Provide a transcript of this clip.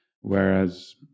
whereas